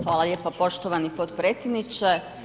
Hvala lijepa poštovani potpredsjedniče.